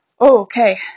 Okay